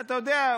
אתה יודע,